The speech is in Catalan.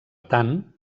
tant